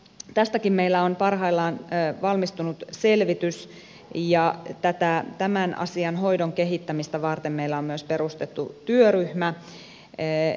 tästäkin meillä on parhaillaan valmistunut selvitys ja tämän asian hoidon kehittämistä varten meillä on myös perustettu työryhmä